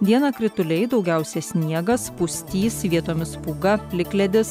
dieną krituliai daugiausia sniegas pustys vietomis pūga plikledis